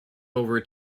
over